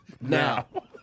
Now